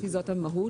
כי זאת המהות,